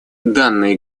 данные